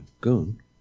goon